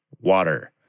water